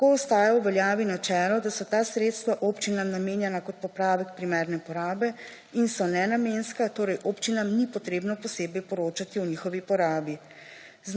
Tako ostaja v veljavi načelo, da so ta sredstva občinam namenjena kot popravek primerne porabe in da so nenamenska, zato občinam ni treba poročati o njihovi porabi.